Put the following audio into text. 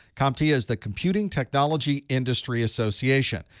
comptia is the computing technology industry association,